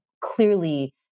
clearly